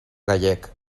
gallec